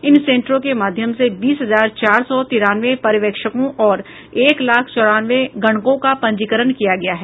इन सेंटरों के माध्यम से बीस हजार चार सौ तिरानवे पर्यवेक्षकों और एक लाख चौरानवे गणकों का पंजीकरण किया गया है